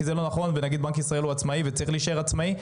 ונגיד בנק ישראל עצמאי וצריך להישאר עצמאי.